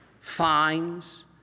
fines